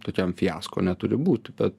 tokiam fiasko neturi būti bet